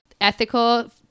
ethical